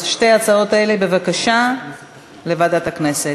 אז שתי ההצעות האלה, בבקשה לוועדת הכנסת.